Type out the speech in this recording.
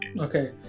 Okay